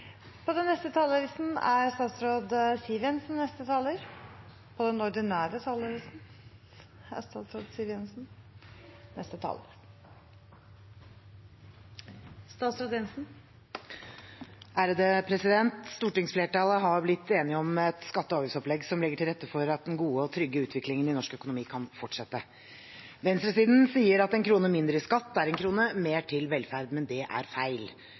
et skatte- og avgiftsopplegg som legger til rette for at den gode og trygge utviklingen i norsk økonomi kan fortsette. Venstresiden sier at en krone mindre i skatt er en krone mer til velferd, men det er feil.